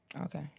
Okay